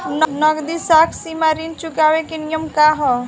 नगदी साख सीमा ऋण चुकावे के नियम का ह?